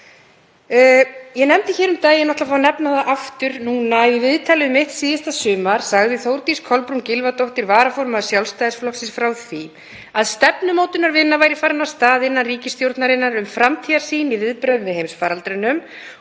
Ég nefndi um daginn, og ætla að fá að nefna það aftur, að í viðtali um mitt síðasta sumar sagði Þórdís Kolbrún Gylfadóttir, varaformaður Sjálfstæðisflokksins, frá því að stefnumótunarvinna væri farin af stað innan ríkisstjórnarinnar um framtíðarsýn í viðbrögðum við heimsfaraldrinum